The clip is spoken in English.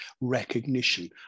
recognition